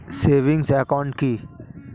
Savings account কি?